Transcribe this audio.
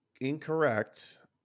incorrect